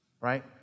Right